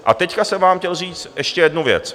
A teď jsem vám chtěl říct ještě jednu věc.